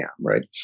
right